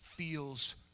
feels